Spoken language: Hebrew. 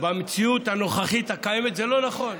במציאות הנוכחית, הקיימת, זה לא נכון.